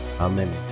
Amen